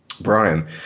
Brian